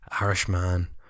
Irishman